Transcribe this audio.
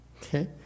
Okay